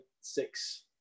six